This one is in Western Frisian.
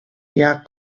hja